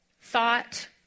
Thought